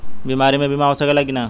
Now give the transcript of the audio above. बीमारी मे बीमा हो सकेला कि ना?